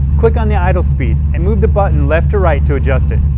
click on the idle speed and move the button left to right to adjust it.